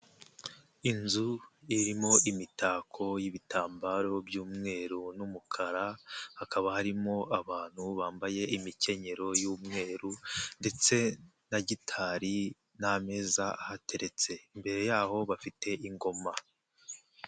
Inzu irimo imitako y'ibitambaro by'umweru n'umukara, hakaba harimo abantu bambaye imikenyero y'umweru ndetse na gitari n'ameza ahateretse imbere yaho bafite ingoma.